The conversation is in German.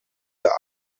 der